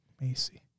Macy